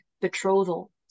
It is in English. betrothal